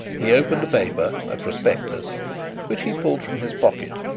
he opened a paper a prospectus which he pulled from his pocket,